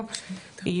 מאוניברסיטת תל אביב,